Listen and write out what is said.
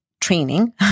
training